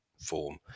form